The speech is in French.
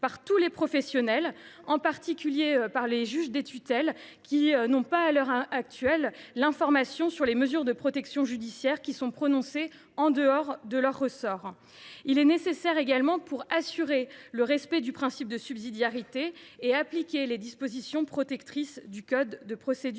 par tous les professionnels, en particulier par les juges des tutelles, qui, à l’heure actuelle, ne sont pas informés des mesures de protection judiciaire prononcées en dehors de leur ressort. Il est également nécessaire pour assurer le respect du principe de subsidiarité et appliquer les dispositions protectrices du code de procédure